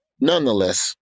Nonetheless